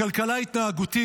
בכלכלה התנהגותית,